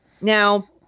Now